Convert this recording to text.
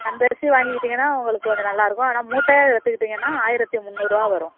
அந்த அரிசி வாங்கிக்கிட்டிங்கனா உங்களுக்கு கொஞ்சம் நல்லாருக்கும் ஆனால் மூட்டையே வச்சிக்கிட்டீங்கனா ஆயிரத்து முந்நூறுரூவா வரும்